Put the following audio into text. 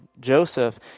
Joseph